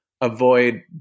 avoid